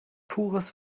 pures